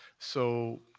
so,